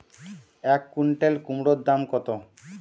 এক কুইন্টাল কুমোড় দাম কত?